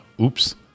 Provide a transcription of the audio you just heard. oops